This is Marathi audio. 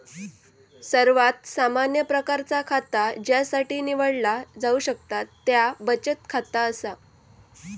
सर्वात सामान्य प्रकारचा खाता ज्यासाठी निवडला जाऊ शकता त्या बचत खाता असा